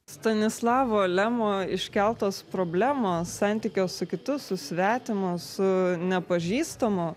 stanislavo lemo iškeltos problemos santykio su kitu su svetimu su nepažįstamu